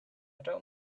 don’t